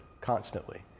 constantly